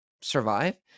survive